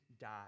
die